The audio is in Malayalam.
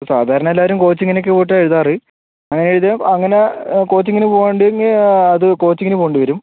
സാധാരണ എല്ലാവരും കോച്ചിംഗിന് ഒക്കെ പോയിട്ടാണ് എഴുതാറ് അങ്ങനെ എഴുതിയാൽ അങ്ങനെ കോച്ചിംഗിന് പോവാണ്ട് തന്നെയാണ് അത് കോച്ചിംഗിന് പോവേണ്ടി വരും